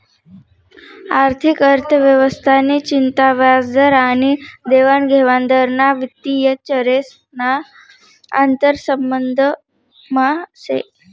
आर्थिक अर्थव्यवस्था नि चिंता व्याजदर आनी देवानघेवान दर ना वित्तीय चरेस ना आंतरसंबंधमा से